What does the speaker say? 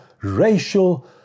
racial